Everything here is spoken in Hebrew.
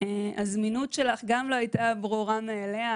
הזמינות שלך לא הייתה ברורה מאליה.